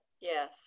Yes